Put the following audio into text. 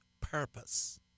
purpose